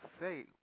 say